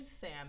Sam